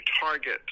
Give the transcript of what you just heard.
target